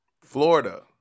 Florida